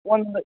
ಒಂದು